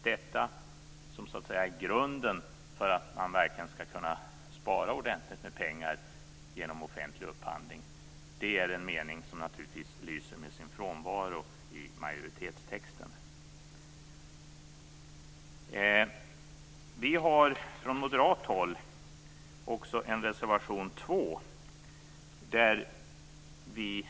Detta är grunden för att man verkligen skall kunna spara ordentligt med pengar genom offentlig upphandling men det är en mening som, naturligtvis, lyser med sin frånvaro i majoritetstexten. Från moderat håll har vi också en egen reservation, nämligen reservation 2.